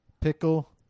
pickle